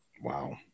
Wow